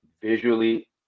visually